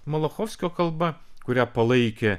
malachovskio kalba kurią palaikė